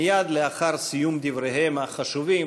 מייד לאחר סיום דבריהם החשובים,